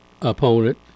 opponent